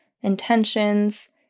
intentions